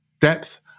depth